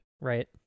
right